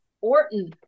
orton